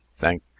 Thank